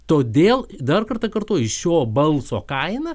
todėl dar kartą kartoju šio balso kaina